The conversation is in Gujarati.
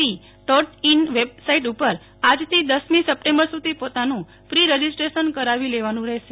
સી ડોટઈન વેબ સાઈટ ઉપર આજથી દસમી સપ્ટેમ્બર સુધી પોતાનું પ્રી રજીસ્ટ્રેશન કરાવી લેવાનું રહેશે